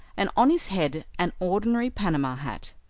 and on his head an ordinary panama hat,